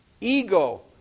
ego